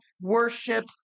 worship